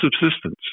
subsistence